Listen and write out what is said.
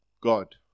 God